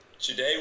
Today